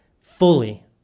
fully